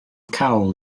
cawl